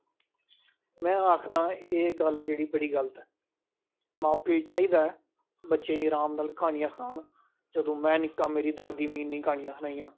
में आखदा एह् गल्ल ऐ जेह्ड़ी बड़ी गलत ऐ मां प्योऽ बच्चें ई आराम नाल क्हानियां सनान जंदू में नि'क्का मेरी दादी मिगी इ'न्नी क्हानी सनाइयां